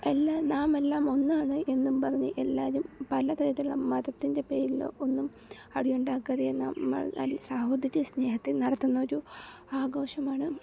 എല്ലാ നാമെല്ലാം ഒന്നാണ് എന്നും പറഞ്ഞ് എല്ലാവരും പല തരത്തിലുള്ള മതത്തിൻ്റെ പേരിലോ ഒന്നും അടിയുണ്ടാക്കാതെ നമ്മൾ അത് സാഹോദര്യ സ്നേഹത്തിൽ നടത്തുന്ന ഒരു ആഘോഷമാണ്